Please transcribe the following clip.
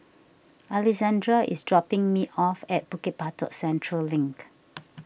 Alexandra is dropping me off at Bukit Batok Central Link